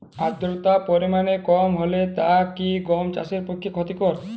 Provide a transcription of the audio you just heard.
আর্দতার পরিমাণ কম হলে তা কি গম চাষের পক্ষে ক্ষতিকর?